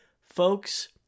folks